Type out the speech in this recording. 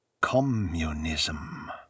Communism